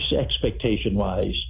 expectation-wise